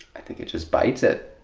i think it just bites it.